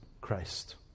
Christ